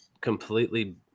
completely